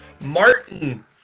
Martin